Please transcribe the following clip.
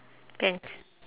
pants